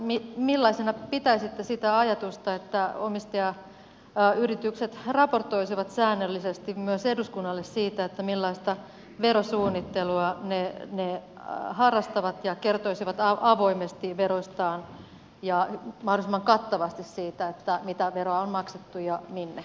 millaisena pitäisitte sitä ajatusta että omistajayritykset raportoisivat säännöllisesti myös eduskunnalle siitä millaista verosuunnittelua ne harrastavat ja kertoisivat avoimesti veroistaan ja mahdollisimman kattavasti siitä mitä veroa on maksettu ja minne